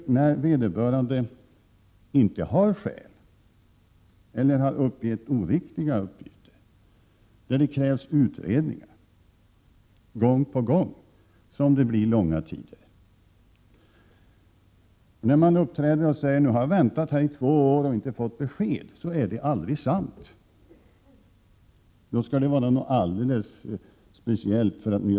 Det är om vederbörande inte har skäl eller uppgett oriktiga uppgifter och det gång på gång krävs utredningar som handläggningstiderna blir långa. När någon säger att han har väntat här i två år och inte fått besked, är det aldrig sant. I så fall skall det vara något alldeles speciellt.